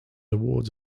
awards